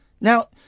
Now